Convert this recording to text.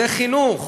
זה חינוך.